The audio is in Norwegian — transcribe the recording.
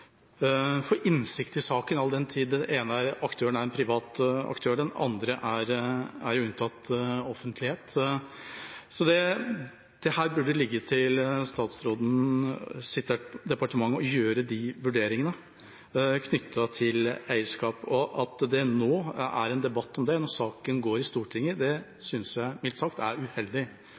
få innsikt i saken all den tid den ene aktøren er en privat aktør og den andre er unntatt offentlighet. Det burde ligge til statsrådens departement å gjøre de vurderingene knyttet til eierskap. At det nå er en debatt om saken i Stortinget, synes jeg mildt sagt er uheldig – at vi går ned i spagat med en uavklart situasjon. Det er